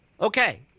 Okay